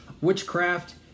witchcraft